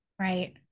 Right